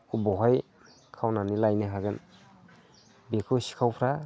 अबेहाय खावनानै लायनो हागोन बेखौ सिखावफ्रा